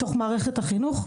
מתוך מערכת החינוך,